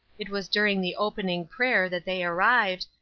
it was during the opening prayer that they arrived,